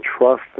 trust